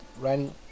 running